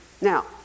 Now